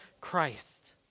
Christ